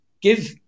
give